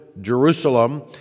Jerusalem